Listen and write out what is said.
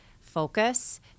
focus